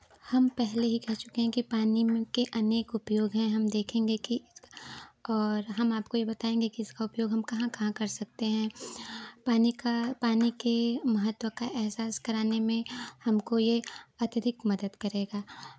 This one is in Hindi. हम पहले ही कह चुके हैं कि पानी में के अनेक उपयोग हैं हम देखेंगे कि और हम आपको ये बताएंगे की इसका उपयोग हम कहाँ कहाँ कर सकते हैं पानी का पानी के महत्व का एहसास कराने में हमको ये अत्यधिक मदद करेगा